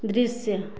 दृश्य